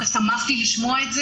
דווקא שמחתי לשמוע את זה,